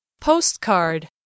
Postcard